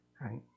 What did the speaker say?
Right